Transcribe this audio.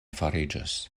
fariĝas